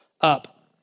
up